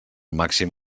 màxim